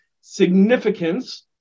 significance